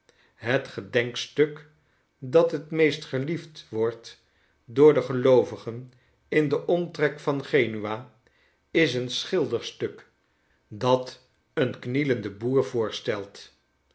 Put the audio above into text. het gedenkstuk dat het meest geliefd wordt door de geloovigen in den omtrek van genua is een schilderstuk dat een knielenden boer voorstelt